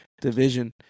division